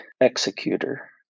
executor